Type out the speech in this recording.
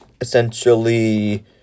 essentially